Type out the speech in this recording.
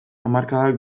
hamarkadak